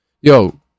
Yo